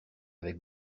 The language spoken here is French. avec